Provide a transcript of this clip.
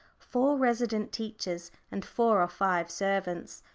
four resident teachers, and four or five servants.